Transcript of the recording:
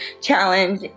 challenge